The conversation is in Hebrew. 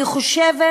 אני חושבת